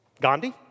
Gandhi